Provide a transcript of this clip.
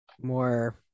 more